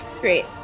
Great